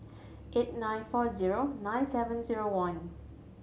eight nine four zero nine seven zero one